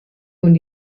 und